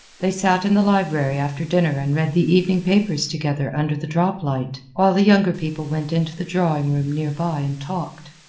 they sat in the library after dinner and read the evening papers together under the droplight while the younger people went into the drawing-room near by and talked.